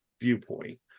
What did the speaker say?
viewpoint